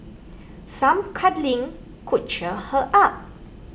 some cuddling could cheer her up